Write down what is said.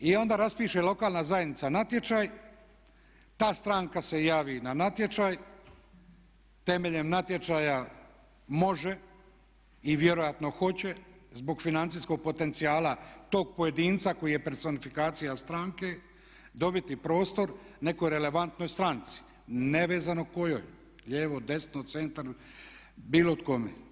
I onda raspiše lokalna zajednica natječaj, ta stranka se javi na natječaj, temeljem natječaja može i vjerojatno hoće zbog financijskog potencijala tog pojedinca koji je personifikacija stranke dobiti prostor nekoj relevantnoj stranci, nevezano kojoj, lijevo, desno, centar, bilo kome.